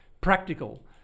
practical